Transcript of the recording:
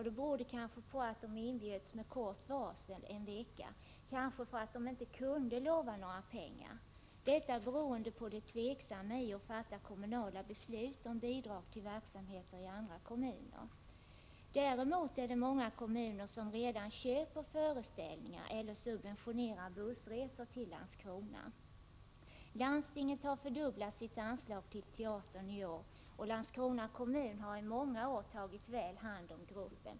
Det kanske berodde på att de inbjöds med kort varsel — en vecka — eller på att de inte kunde lova några pengar, med anledning av det tveksamma i att kommuner fattar beslut om bidrag till verksamheter i andra kommuner. Däremot är det många kommuner som redan köper föreställningar eller subventionerar bussresor till Landskrona. Landstinget har fördubblat sitt anslag till teatern i år, och Landskrona kommun har under många år tagit väl hand om gruppen.